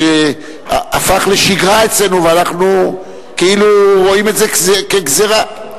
הפך לשגרה אצלנו ואנחנו כאילו רואים את זה כגזירה.